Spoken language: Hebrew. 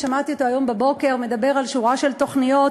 שמעתי אותו היום בבוקר מדבר על שורה של תוכניות,